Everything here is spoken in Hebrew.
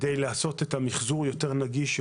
כדי לעשות את המחזור יותר נגיש,